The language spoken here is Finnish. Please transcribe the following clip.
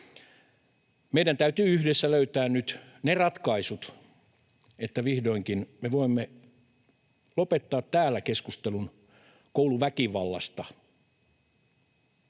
Meidän täytyy yhdessä löytää nyt ne ratkaisut, niin että vihdoinkin me voimme lopettaa täällä keskustelun kouluväkivallasta